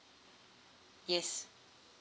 yes